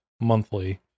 monthly